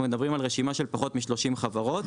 אנחנו מדברים על רשימה של פחות מ-30 חברות,